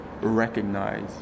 recognize